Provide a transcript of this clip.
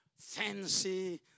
fancy